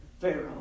Pharaoh